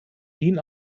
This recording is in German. din